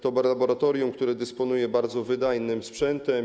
To laboratorium, które dysponuje bardzo wydajnym sprzętem.